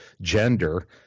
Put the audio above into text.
gender